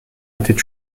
était